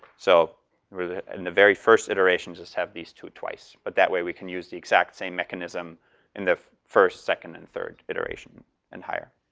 so the and the very first iterations just have these two twice. but that way, we can use the exact same mechanism in the first, second and third iteration and higher.